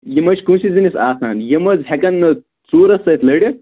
یِم حظ چھِ کُنسٕے زٔنِس آسان یِم حظ ہٮ۪کَن نہٕ ژوٗرَس سۭتۍ لٔڑِتھ